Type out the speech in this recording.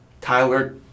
Tyler